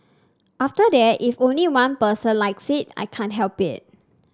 after that if only one person likes it I can't help it